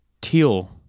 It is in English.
Teal